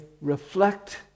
reflect